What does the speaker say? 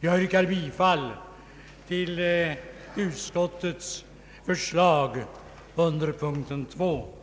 Jag yrkar bifall till utskottets förslag under punkt 2.